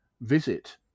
visit